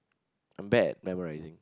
a bad memorising